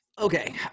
Okay